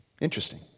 Interesting